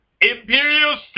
Imperial